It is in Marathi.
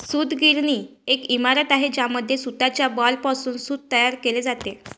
सूतगिरणी ही एक इमारत आहे ज्यामध्ये सूताच्या बॉलपासून सूत तयार केले जाते